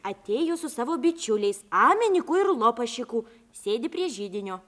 atėjo su savo bičiuliais ameniku ir lopašeku sėdi prie židinio